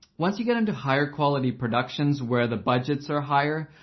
once you get into higher-quality productions, where the budgets are higher,